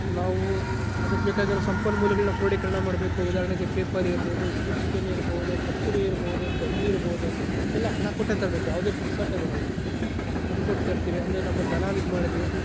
ನಾವು ಅದಕ್ಕೆ ಬೇಕಾಗಿರೋ ಸಂಪನ್ಮೂಲಗಳನ್ನ ಕ್ರೋಡೀಕರಣ ಮಾಡಬೇಕು ಉದಾಹರಣೆಗೆ ಪೇಪರ್ ಇರ್ಬೋದು ಸ್ಕೆಚ್ ಪೆನ್ ಇರ್ಬೋದು ಕತ್ತರಿ ಇರ್ಬೋದು ಗಮ್ ಇರ್ಬೋದು ಅದಕ್ಕೆಲ್ಲ ಹಣ ಕೊಟ್ಟೇ ತರಬೇಕು ಯಾವುದು ಪುಕಸಟ್ಟೆ ಬರಲ್ಲ ದುಡ್ಡು ಕೊಟ್ಟು ತರ್ತೀವಿ ಅಂದರೆ ನಮ್ಮ ಧನಾನ ಇದ್ಮಾಡದ್ವಿ